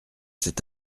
cet